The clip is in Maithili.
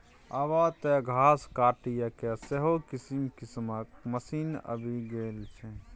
आब तँ घास काटयके सेहो किसिम किसिमक मशीन आबि गेल छै